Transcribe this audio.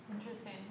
Interesting